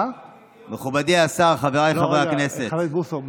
מכובדי השר, חבריי חברי הכנסת.